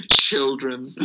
children